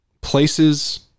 places